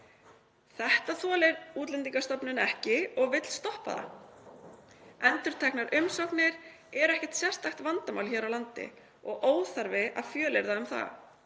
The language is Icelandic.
Þetta þolir Útlendingastofnun ekki og vill stoppa það. Endurteknar umsóknir eru ekkert sérstakt vandamál hér á landi og óþarfi að fjölyrða um það.